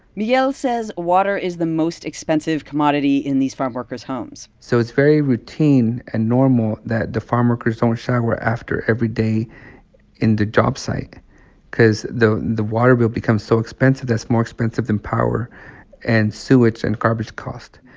miguel says water is the most expensive commodity in these farmworkers' homes so it's very routine and normal that the farmworkers don't shower after every day in the job site cause the the water bill become so expensive. that's more expensive than power and sewage and garbage costs.